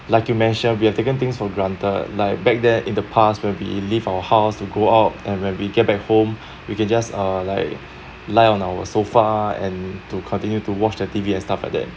like you mentioned we have taken things for granted like back then in the past when we leave our house to go out and when we get back home we can just uh like lie on our sofa and to continue to watch the T_V and stuff like that